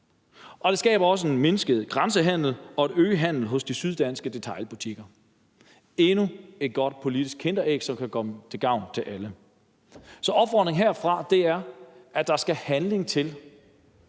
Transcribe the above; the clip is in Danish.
Og det skaber også en mindsket grænsehandel og en øget handel i de syddanske detailbutikker. Endnu et godt politisk kinderæg, som kan gavne alle. Så opfordringen herfra er, at der skal handling til,